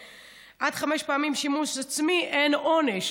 עד חמש פעמים שימוש עצמי אין עונש.